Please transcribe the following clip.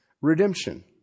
Redemption